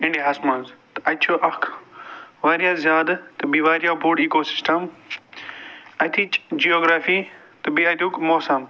India ہَس منٛز تہٕ اَتہِ چھُ اَکھ واریاہ زیادٕ تہٕ بیٚیہِ واریاہ بوٚڈ ایٖکو سِسٹَم اَتِچۍ جیوگرٛافی تہٕ بیٚیہِ اَتیٛک موسَم